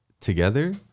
together